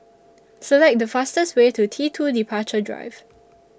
Select The fastest Way to T two Departure Drive